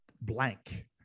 blank